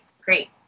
great